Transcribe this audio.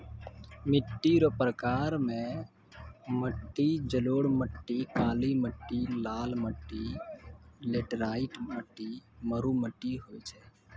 मिट्टी रो प्रकार मे मट्टी जड़ोल मट्टी, काली मट्टी, लाल मट्टी, लैटराईट मट्टी, मरु मट्टी होय छै